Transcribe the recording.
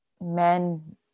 men